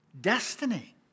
destiny